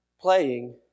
playing